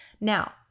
Now